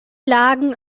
lagen